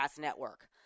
network